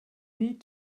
need